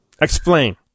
Explain